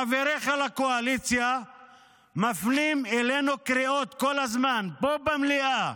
חבריך לקואליציה מפנים אלינו קריאות כל הזמן פה במליאה,